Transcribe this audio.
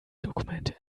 dokumente